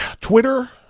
Twitter